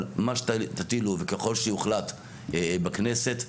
אבל מה שתטילו וככל שיוחלט בכנסת,